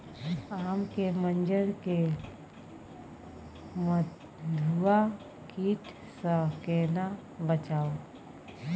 आम के मंजर के मधुआ कीट स केना बचाऊ?